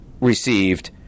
received